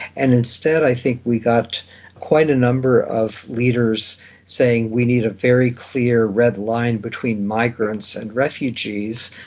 and instead i think we got quite a number of leaders saying we need a very clear red line between migrants and refugees,